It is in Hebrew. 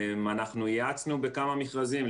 אנחנו ייעצנו בכמה מכרזים.